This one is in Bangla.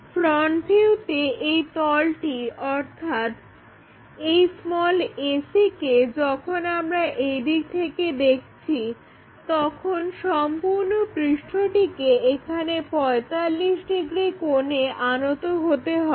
ফ্রন্ট ভিউতে এই তলটি অর্থাৎ এই ac কে যখন আমরা এই দিক থেকে দেখছি তখন সম্পূর্ণ পৃষ্ঠটিকে এখানে 45 ডিগ্রি কোণে আনত হতে হবে